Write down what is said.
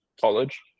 college